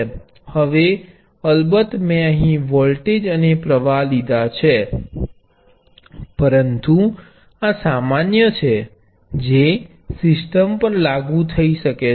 હવે અલબત્ત મેં અહીં વોલ્ટેજ અને પ્ર્વાહ લીધા છે પરંતુ આ સામાન્ય છે જે સિસ્ટમ પર લાગુ થઈ શકે છે